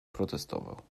protestował